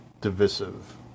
divisive